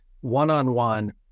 one-on-one